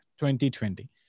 2020